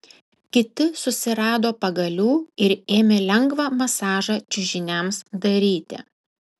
kiti susirado pagalių ir ėmė lengvą masažą čiužiniams daryti